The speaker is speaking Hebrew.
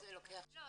לא,